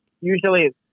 usually